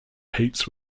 hates